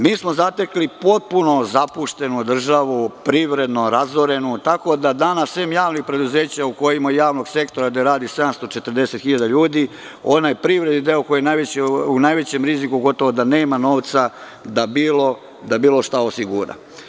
Mi smo zatekli potpuno zapuštenu državu, privredno razorenu, tako da danas, sem javnih preduzeća i javnog preduzeća, u kojima radi 740.000 ljudi, onaj privredni deo koji je u najvećem riziku gotovo da nema novca da bilo šta osigura.